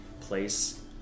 place